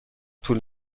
طول